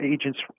agents